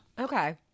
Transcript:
Okay